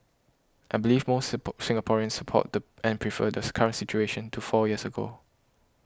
I believe most Singaporeans support the and prefer this current situation to four years ago